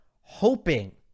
hoping